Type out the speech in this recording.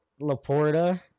Laporta